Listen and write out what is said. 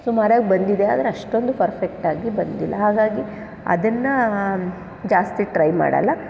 ಸುಮಾರಾಗಿ ಬಂದಿದೆ ಆದರೆ ಅಷ್ಟೊಂದು ಫರ್ಫೆಕ್ಟಾಗಿ ಬಂದಿಲ್ಲ ಹಾಗಾಗಿ ಅದನ್ನು ಜಾಸ್ತಿ ಟ್ರೈ ಮಾಡಲ್ಲ